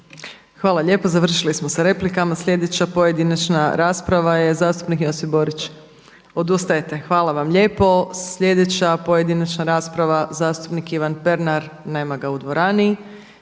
Hvala lijepo. Završili smo sa replikama. Sljedeća pojedinačna rasprava je zastupnik Josip Borić. Odustajete? Hvala vam lijepo. Sljedeća pojedinačna rasprava zastupnik Ivan Pernar. Nema ga u dvorani.